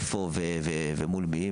איפה ומול מי,